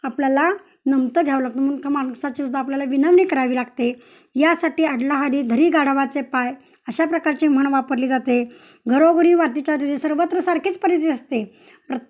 आपल्याला नमतं घ्यावं लागतं माणसाची सुुद्धा आपल्याला विनवणी करावी लागते यासाठी अडला हरी धरी गाढवाचे पाय अशा प्रकारची म्हण वापरली जाते घरोघरी सर्वत्र सारखीच परिती असते प्र